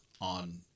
on